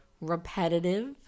Repetitive